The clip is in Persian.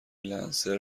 لنسر